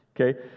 okay